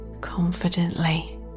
confidently